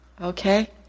Okay